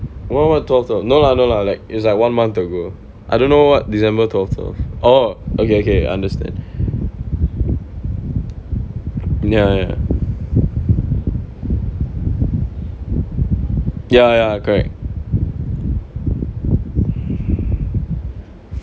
what what twelve twelve no lah no lah like is like one month ago I don't know what december twelve twelve oh okay okay understand ya ya ya ya correct